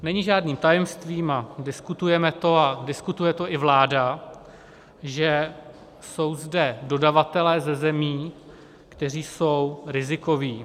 Není žádným tajemstvím, a diskutujeme to a diskutuje to i vláda, že jsou zde dodavatelé ze zemí, kteří jsou rizikoví.